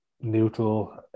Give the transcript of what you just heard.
neutral